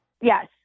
Yes